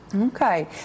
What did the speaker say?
Okay